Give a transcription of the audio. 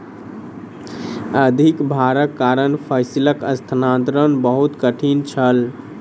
अधिक भारक कारण फसिलक स्थानांतरण बहुत कठिन छल